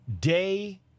day